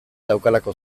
daukalako